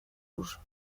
rouge